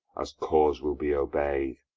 as cause will be obey'd.